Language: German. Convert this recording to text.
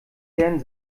herrn